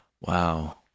Wow